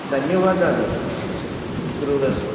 ధన్యవాదాలు గురువు గారు